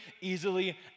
easily